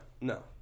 no